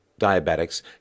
diabetics